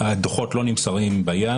שהדוחות לא נמסרים ביד.